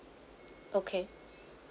okay